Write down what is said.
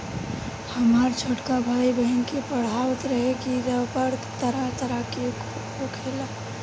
हामर छोटका भाई, बहिन के पढ़ावत रहे की रबड़ तरह तरह के होखेला